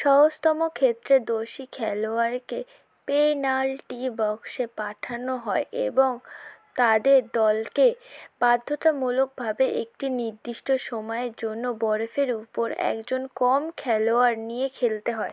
সহজতম ক্ষেত্রে দোষী খেলোয়াড়কে পেনাল্টি বক্সে পাঠানো হয় এবং তাদের দলকে বাধ্যতামূলকভাবে একটি নির্দিষ্ট সময়ের জন্য বরফের উপর একজন কম খেলোয়াড় নিয়ে খেলতে হয়